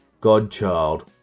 Godchild